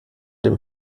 dem